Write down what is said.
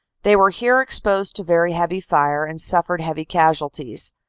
they were here exposed to very heavy fire, and suffered heavy casualties.